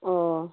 ও